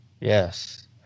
Yes